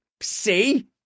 see